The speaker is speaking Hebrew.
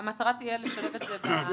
המטרה תהיה לשלב את זה בהצעת החוק הזאת.